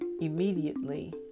immediately